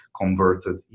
converted